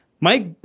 Mike